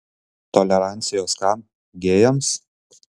tolerancijos kam gėjams